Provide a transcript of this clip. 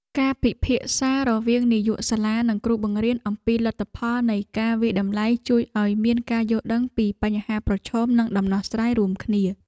ការពិភាក្សារវាងនាយកសាលានិងគ្រូបង្រៀនអំពីលទ្ធផលនៃការវាយតម្លៃជួយឱ្យមានការយល់ដឹងពីបញ្ហាប្រឈមនិងដំណោះ ស្រាយរួមគ្នា។